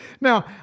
Now